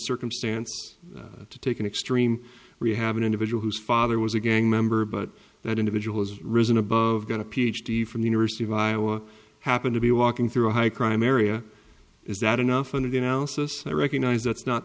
circumstance to take an extreme rehab an individual whose father was a gang member but that individual has risen above got a ph d from the university of iowa happened to be walking through a high crime area is that enough under the analysis i recognize that's not